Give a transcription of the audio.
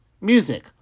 music